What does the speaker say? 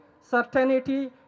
certainty